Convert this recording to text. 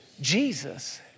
Jesus